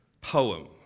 poem